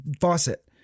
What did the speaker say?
faucet